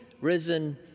risen